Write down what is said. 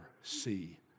see